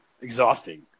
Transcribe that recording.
exhausting